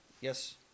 yes